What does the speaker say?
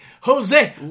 Jose